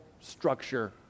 structure